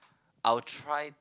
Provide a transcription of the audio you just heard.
I'll try